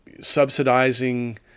subsidizing